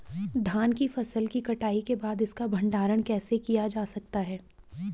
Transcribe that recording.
धान की फसल की कटाई के बाद इसका भंडारण कैसे किया जा सकता है?